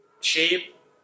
shape